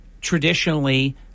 traditionally